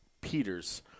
Peters